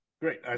Great